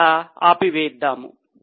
ఇక్కడ ఆపి వేద్దాం